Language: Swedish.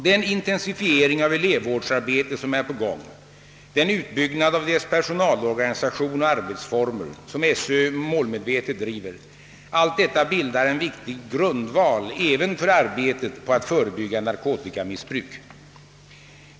Den intensifiering av elevvårdsarbetet som är på gång, den utbyggnad av dess personalorganisation och arbetsformer som skolöverstyrelsen målmedvetet driver — allt detta bildar en viktig grundval även för arbetet på att förebygga narkotikamissbruk.